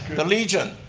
the legion,